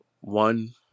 one